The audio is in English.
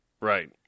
Right